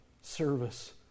service